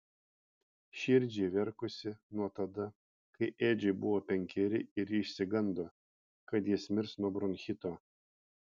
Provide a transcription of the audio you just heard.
širdžiai verkusi nuo tada kai edžiui buvo penkeri ir ji išsigando kad jis mirs nuo bronchito